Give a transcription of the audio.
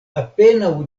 apenaŭ